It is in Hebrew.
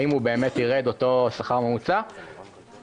האם הוא באמת ירד אותו שכר ממוצע במשק,